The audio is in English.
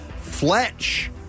Fletch